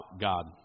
God